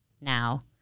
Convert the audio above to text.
now